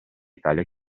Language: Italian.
italia